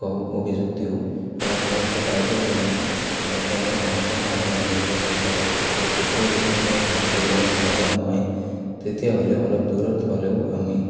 কওঁ অভিযোগ দিওঁ আৰু সিহঁতে কাৰ্য্য়ক্ৰমে সিহঁতে আমাৰ সমস্যা সমাধান কৰিব চেষ্টা কৰে আৰু তেতিয়াও যদি আমাৰ সমস্যাবিলাক সমাধান নহয় তেতিয়াহ'লে অলপ দূৰত হ'লেও আমি